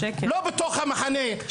לא בתוך המחנה,